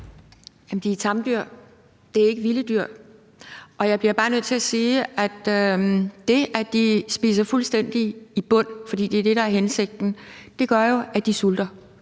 Jamen de er tamdyr; det er ikke vilde dyr. Og jeg bliver bare nødt til at sige, at det, at de spiser fuldstændig i bund, for det er det, der er hensigten, jo betyder, at de sulter.